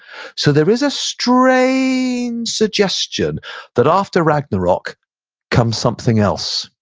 so there is a strange suggestion that after ragnarok comes something else.